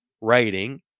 writing